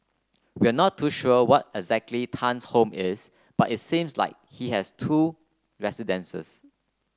we are not too sure where exactly Tan's home is but it seems like he has two residences